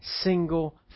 single